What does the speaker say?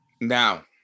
Now